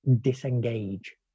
disengage